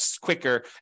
quicker